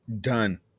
done